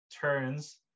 turns